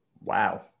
Wow